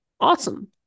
Awesome